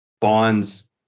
bonds